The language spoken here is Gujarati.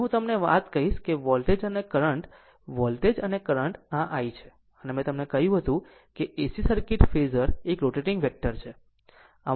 હવે હું તમને એક વાત કહીશ કે વોલ્ટેજ અને કરંટ વોલ્ટેજ અને કરંટ આ I છે મેં તમને કહ્યું હતું AC સર્કિટ ફેઝર એક રોટેટીંગ વેક્ટર છે